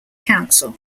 council